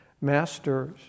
Masters